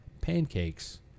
pancakes